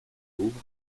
louvre